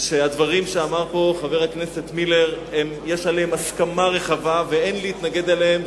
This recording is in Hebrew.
הדברים שאמר פה חבר הכנסת פלסנר יש עליהם הסכמה רחבה ואין להתנגד להם,